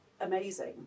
amazing